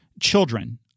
children